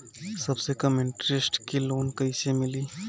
सबसे कम इन्टरेस्ट के लोन कइसे मिली?